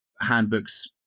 handbooks